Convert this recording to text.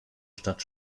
stadt